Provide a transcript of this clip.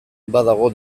badago